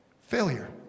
Failure